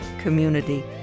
community